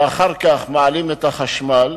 אחר כך מעלים את מחיר החשמל,